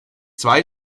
zwei